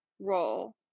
roll